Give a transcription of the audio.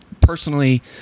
personally